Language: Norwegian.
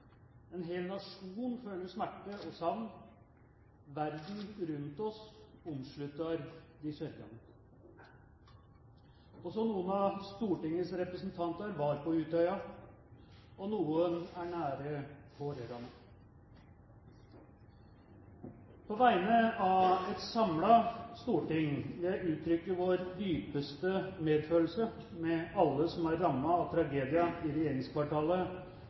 En hel nasjon føler smerte og savn. Verden rundt oss omslutter de sørgende. Også noen av Stortingets representanter var på Utøya. Og noen er nære pårørende. På vegne av et samlet storting vil jeg uttrykke vår dypeste medfølelse med alle som er rammet av tragedien i regjeringskvartalet